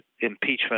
impeachment